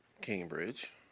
Cambridge